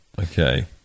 Okay